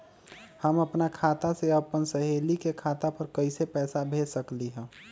हम अपना खाता से अपन सहेली के खाता पर कइसे पैसा भेज सकली ह?